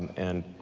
and